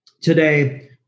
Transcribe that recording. today